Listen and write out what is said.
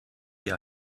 hier